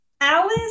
Alice